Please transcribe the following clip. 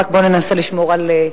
רק בוא ננסה לשמור על לוח זמנים.